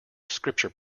scripture